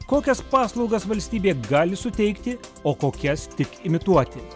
kokias paslaugas valstybė gali suteikti o kokias tik imituoti